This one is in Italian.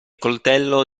coltello